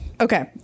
Okay